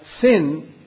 sin